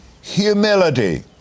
humility